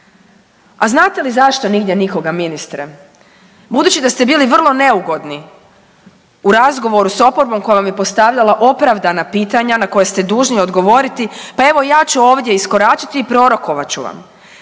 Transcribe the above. A znate li zašto nigdje nikoga ministre? Budući da ste bili vrlo neugodni u razgovoru s oporbom koja vam je postavljala opravdana pitanja na koje ste dužni odgovoriti pa evo ja ću ovdje iskoračiti i prorokovat ću vam.